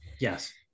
Yes